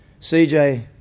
CJ